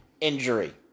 injury